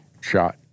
shot